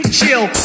chill